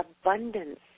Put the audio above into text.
abundance